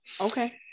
Okay